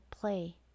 play